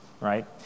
Right